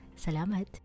Salamat